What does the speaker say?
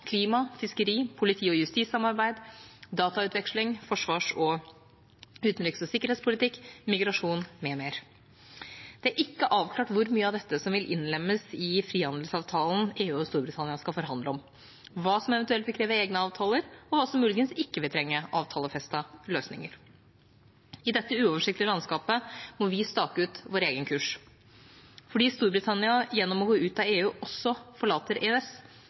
klima, fiskeri, politi- og justissamarbeid, datautveksling, forsvars-, utenriks- og sikkerhetspolitikk, migrasjon m.m. Det er ikke avklart hvor mye av dette som vil innlemmes i frihandelsavtalen EU og Storbritannia skal forhandle om, hva som eventuelt vil kreve egne avtaler, og hva som muligens ikke vil trenge avtalefestede løsninger. I dette uoversiktlige landskapet må vi stake ut vår egen kurs. Fordi Storbritannia gjennom å gå ut av EU også forlater EØS,